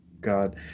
God